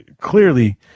clearly